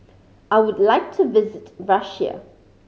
I would like to visit Russia